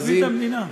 פרקליט המדינה.